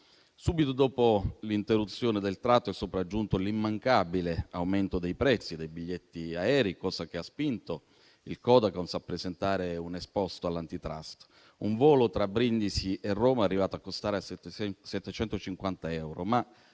Subito dopo l'interruzione del tratto, è sopraggiunto l'immancabile aumento dei prezzi dei biglietti aerei, cosa che ha spinto il Codacons a presentare un esposto all'Antitrust. Un volo tra Brindisi e Roma è arrivato a costare fino a 750 euro, ma